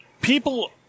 people